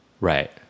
right